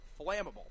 flammable